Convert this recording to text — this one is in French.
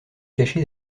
caché